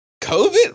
COVID